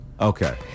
Okay